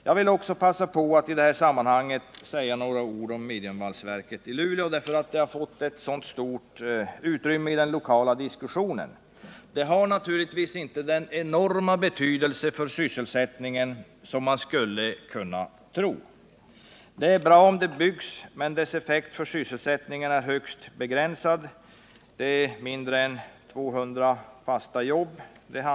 Jag vill också passa på att i detta sammanhang säga några ord om mediumvalsverket i Luleå. Det har nämligen fått stort utrymme i den lokala diskussionen. Det har naturligtvis inte den enorma betydelse för sysselsättningen som man skulle kunna tro. Det är bra om det byggs, men dess effekt för sysselsättningen är högst begränsad. Det handlar om mindre än 200 fasta jobb.